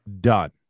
done